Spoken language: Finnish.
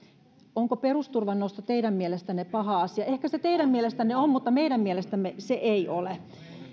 onko perusturvan nosto teidän mielestänne paha asia ehkä se teidän mielestänne on mutta meidän mielestämme se ei ole